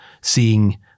seeing